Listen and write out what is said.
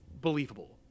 believable